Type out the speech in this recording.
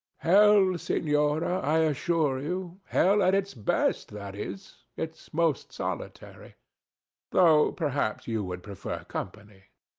hell, senora, i assure you hell at its best that is, its most solitary though perhaps you would prefer company.